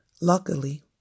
Luckily